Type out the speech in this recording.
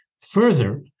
further